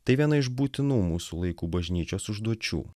tai viena iš būtinų mūsų laikų bažnyčios užduočių